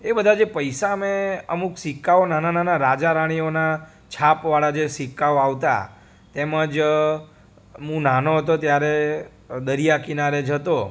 એ બધા જે પૈસા મેં અમુક સિક્કાઓ નાના નાના રાજા રાણીઓના છાપવાળા જે સિક્કાઓ આવતા તેમ જ હું નાનો હતો ત્યારે દરિયા કિનારે જતો